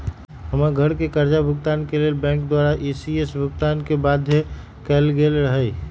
हमर घरके करजा भूगतान के लेल बैंक द्वारा इ.सी.एस भुगतान के बाध्य कएल गेल रहै